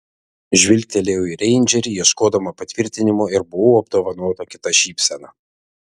žvilgtelėjau į reindžerį ieškodama patvirtinimo ir buvau apdovanota kita šypsena